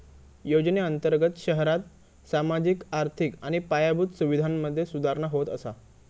योजनेअंर्तगत शहरांत सामाजिक, आर्थिक आणि पायाभूत सुवीधांमधे सुधारणा होत असा